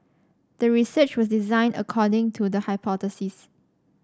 the research was designed according to the hypothesis